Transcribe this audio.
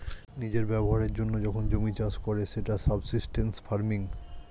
নিজের ব্যবহারের জন্য যখন জমি চাষ করে সেটা সাবসিস্টেন্স ফার্মিং